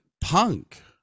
punk